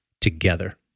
together